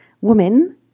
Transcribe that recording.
women